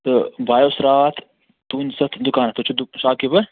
تہٕ بہٕ آس راتھ تُہٕنٛدِس اَتھ دُکانس پیٚٹھ تُہۍ چھُو دُکان شاپ کیٖپر